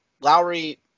Lowry